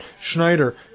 Schneider